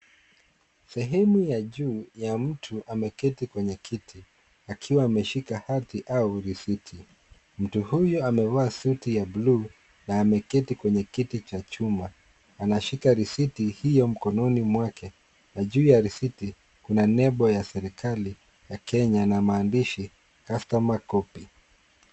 Sehemu ya juu ya mtu ameketi kwenye kiti akiwa ameshika hadhi au risiti. Mtu huyo amevaa suti ya bluu na ameketi kwenye kiti cha chuma. Anashika risiti hiyo mkononi mwake na juu ya risiti kuna nembo ya serikali ya Kenya na maandishi customer copy .